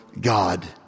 God